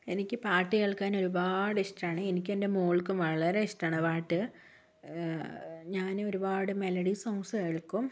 എനിക്ക് പാട്ട് കേൾക്കാൻ ഒരുപാട് ഇഷ്ടമാണ് എനിക്കും എൻ്റെ മോൾക്കും വളരെ ഇഷ്ടമാണ് പാട്ട് ഞാൻ ഒരുപാട് മെലഡി സോങ്സ് കേൾക്കും